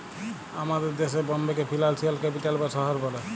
আমাদের দ্যাশে বম্বেকে ফিলালসিয়াল ক্যাপিটাল বা শহর ব্যলে